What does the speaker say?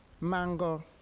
mango